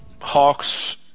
Hawks